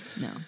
no